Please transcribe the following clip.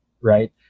right